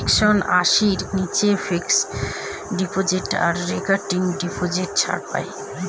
section আশির নীচে fixed deposit আর রেকারিং ডিপোজিট ছাড় পাই